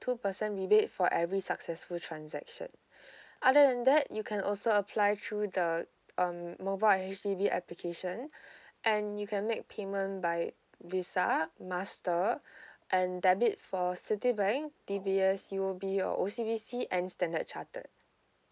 two percent rebate for every successful transaction other than that you can also apply through the um mobile at H_D_B application and you can make payment by visa master and debit for citibank D_B_S U_O_B or O_C_B_C and standard chartered